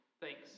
thanks